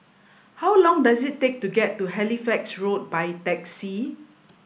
how long does it take to get to Halifax Road by taxi